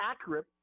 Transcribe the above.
accurate